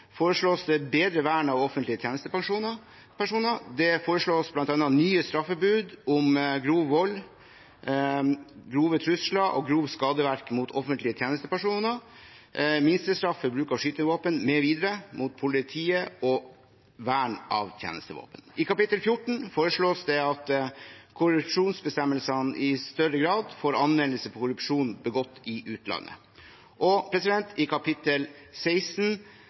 foreslås det et bedre vern av offentlige tjenestepersoner. Det foreslås bl.a. nye straffebud om grov vold, grove trusler og grovt skadeverk mot offentlige tjenestepersoner, minstestraff for bruk av skytevåpen mv. mot politiet og vern av tjenestevåpen. I kapittel 14 foreslås det at korrupsjonsbestemmelsene i større grad får anvendelse på korrupsjon begått i utlandet. Kapittel 16 omhandler begrensninger i